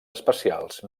especials